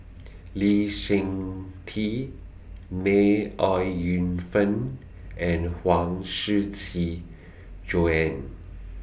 Lee Seng Tee May Ooi Yu Fen and Huang Shiqi Joan